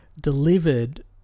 delivered